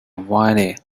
wildly